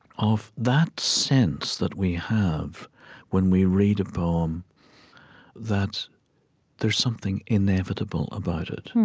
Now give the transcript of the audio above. of that sense that we have when we read a poem that there's something inevitable about it,